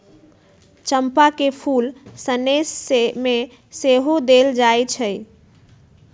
चंपा के फूल सनेश में सेहो देल जाइ छइ